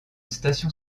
station